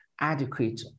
adequate